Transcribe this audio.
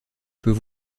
peut